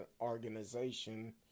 organization